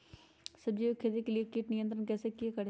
सब्जियों की खेती में कीट नियंत्रण कैसे करें?